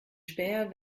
späher